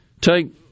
take